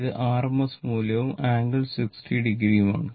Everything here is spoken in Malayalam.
ഇത് RMS മൂല്യവും ആംഗിൾ 60o ഉം ആണ്